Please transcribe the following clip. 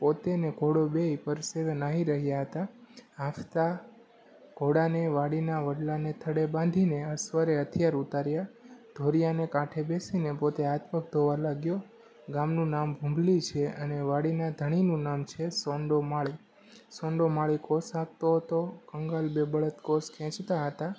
પોતે ને ઘોડો બેય પરસેવે નાહી રહ્યા હતા હાંફતા ઘોડાને વાડીના વડલાને થડે બાંધીને અસવારે હથિયાર ઉતાર્યાં ધોરિયાને કાંઠે બેસીને પોતે હાથ પગ ધોવા લાગ્યો ગામનું નામ હુંબલી છે અને વાડાના ધણીનું નામ છે સોંડો માળી સોંડો માળી કોસ હાંકતો હતો કંગાલ બે બળદ કોસ ખેંચતા હતા